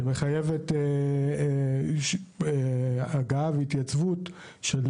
שמחייבת הגעה והתייצבות של